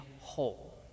whole